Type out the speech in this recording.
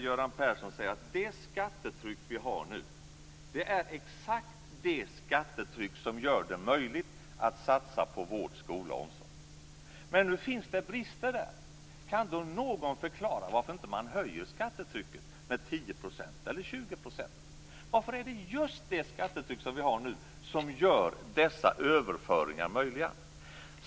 Göran Persson säger att det skattetryck vi har nu är exakt det skattetryck som gör det möjligt att satsa på vård, skola och omsorg. Men nu finns det brister där. Kan då någon förklara varför man inte höjer skattetrycket med 10 % eller 20 %? Varför är det just det skattetryck som vi har nu som gör dessa överföringar möjliga?